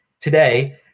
Today